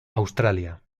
australia